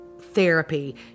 therapy